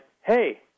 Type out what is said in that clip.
hey